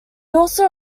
also